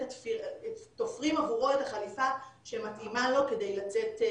תופרים עבורו את החליפה שמתאימה לו כדי לצאת.